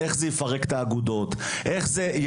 של האופן בו זה ישפיע